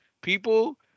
people